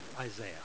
Isaiah